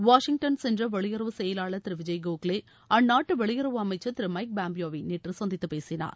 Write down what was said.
Washington சென்ற வெளியுறவுச் செயலாளர் திரு விஜய் கோகலே அந்நாட்டு வெளியுறவு அமைச்சர் திரு மைக் பாம்பியேவை நேற்று சந்தித்து பேசினார்